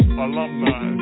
alumni